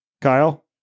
Kyle